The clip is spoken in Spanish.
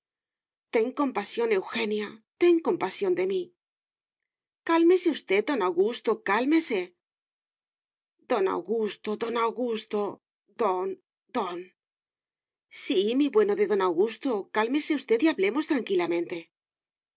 ten compasión eugenia ten compasión de mí cálmese usted don augusto cálmese don augusto don augusto don don sí mi bueno de don augusto cálmese usted y hablemos tranquilamente